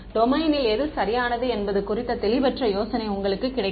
டொமைனில் எது சரியானது என்பது குறித்த தெளிவற்ற யோசனை உங்களுக்கு கிடைக்கும்